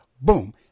Boom